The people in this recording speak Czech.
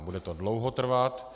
Bude to dlouho trvat.